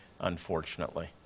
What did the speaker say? unfortunately